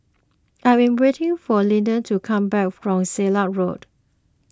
I am waiting for Lethia to come back from Silat Road